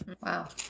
Wow